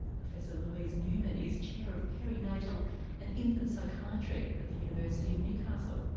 professor louise newman is chair of peri-natal and infant psychiatry at the university of newcastle.